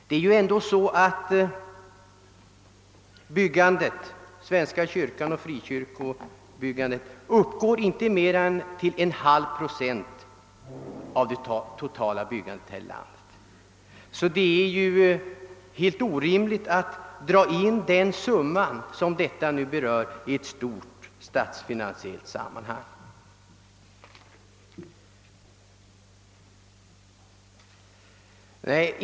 Det är ju ändå så, att svenska kyrkans och frikyrkornas byggande inte uppgår till mer än en halv procent av det totala byggandet här i landet. Det är helt orimligt att dra in detta relativt blygsamma belopp i ett stort statsfinansiellt sammanhang.